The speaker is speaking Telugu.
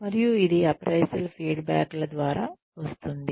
మరియు ఇది అప్రైసల్ ఫీడ్బ్యాక్ల ద్వారా వస్తుంది